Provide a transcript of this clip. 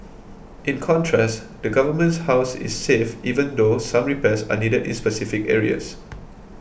in contrast the Government's house is safe even though some repairs are needed in specific areas